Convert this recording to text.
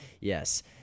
Yes